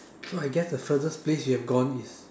so I guess the furthest place you've gone is